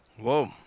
Whoa